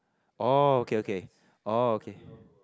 orh okay okay orh okay